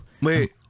Wait